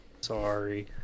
Sorry